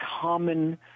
common